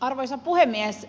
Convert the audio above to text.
arvoisa puhemies